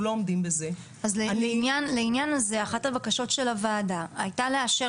אז לעניין הזה אחת הבקשות של הוועדה היתה לאשר